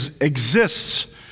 exists